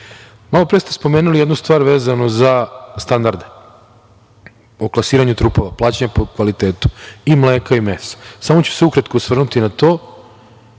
ste spomenuli jednu stvar vezano za standarde o klasiranju trupova, plaćanje po kvalitetu i mleka i mesa. Samo ću se ukratko osvrnuti na to.